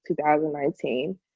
2019